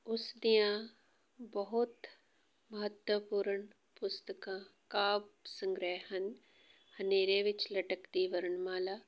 ਉਸ ਦੀਆਂ ਬਹੁਤ ਮਹੱਤਵਪੂਰਨ ਪੁਸਤਕਾਂ ਕਾਵਿ ਸੰਗ੍ਰਹਿ ਹਨ ਹਨੇਰੇ ਵਿੱਚ ਲਟਕਦੀ ਵਰਣਮਾਲਾ